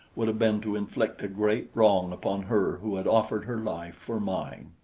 would have been to inflict a great wrong upon her who had offered her life for mine.